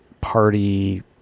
party